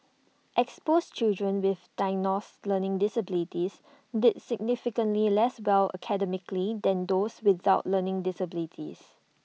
exposed children with diagnosed learning disabilities did significantly less well academically than those without learning disabilities